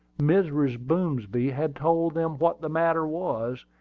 mrs. boomsby had told them what the matter was,